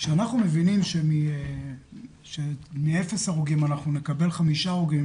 כשאנחנו מבינים שמאפס הרוגים נקבל חמישה הרוגים,